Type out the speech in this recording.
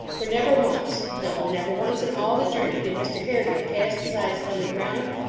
for never once no, never once in all the journey did mr haredale cast his eyes upon the ground,